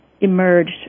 emerged